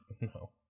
No